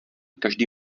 každý